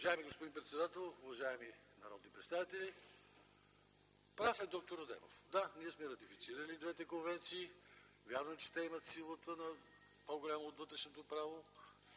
Уважаеми господин председател, уважаеми народни представители! Прав е доктор Адемов. Да, ние сме ратифицирали двете конвенции. Вярно е, че те имат сила, по голяма от вътрешното право.